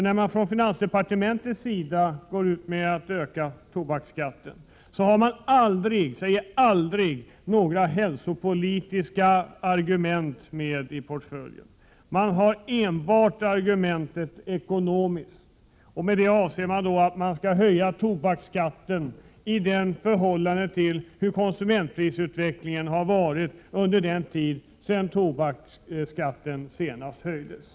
När finansdepartementet går ut för att öka tobaksskatten har man aldrig några hälsopolitiska argument med i bilden. Det finns bara ekonomiska argument. Man vill höja tobaksskatten i förhållande till konsumentprisutvecklingen sedan tobaksskatten senast höjdes.